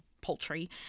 poultry